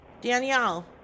Danielle